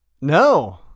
No